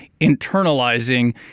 internalizing